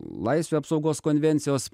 laisvių apsaugos konvencijos